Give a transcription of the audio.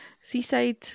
seaside